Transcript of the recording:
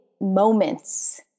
moments